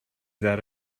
that